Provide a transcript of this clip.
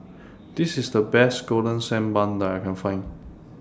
This IS The Best Golden Sand Bun that I Can Find